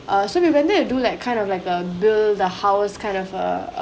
err so we went there to do like kind of like a build the house kind of um